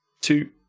two